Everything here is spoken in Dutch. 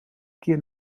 keer